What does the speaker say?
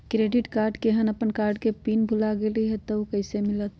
Credit card केहन अपन card के पिन भुला गेलि ह त उ कईसे मिलत?